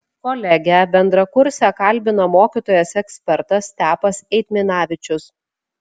kolegę bendrakursę kalbina mokytojas ekspertas stepas eitminavičius